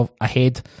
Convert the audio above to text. ahead